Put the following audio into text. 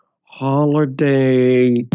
holiday